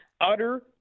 utter